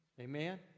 Amen